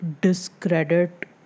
discredit